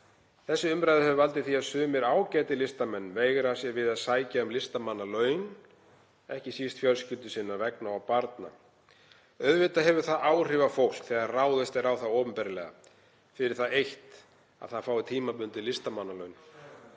Þessi umræða hefur valdið því að sumir ágætir listamenn veigra sér við að sækja um listamannalaun, ekki síst fjölskyldu sinnar vegna og barna. Auðvitað hefur það áhrif á fólk þegar ráðist er á það opinberlega fyrir það eitt að það fái tímabundið listamannalaun.